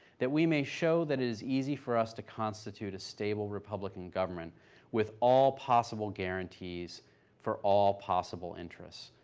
that we may show that it is easy for us to constitute a stable republican government with all possible guarantees for all possible interests.